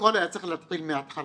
הכול היה צריך להתחיל מהתחלה.